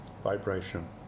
Vibration